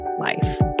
life